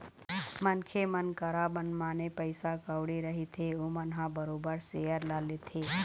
मनखे मन करा मनमाने पइसा कउड़ी रहिथे ओमन ह बरोबर सेयर ल लेथे